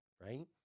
right